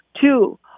Two